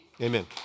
Amen